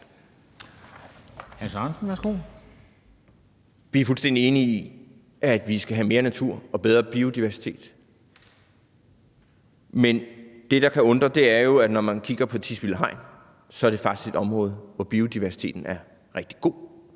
Vi er fuldstændig enige om, at vi skal have mere natur og bedre biodiversitet. Men det, der kan undre, er jo, at når man kigger på Tisvilde Hegn, er det faktisk et område, hvor biodiversiteten er rigtig god.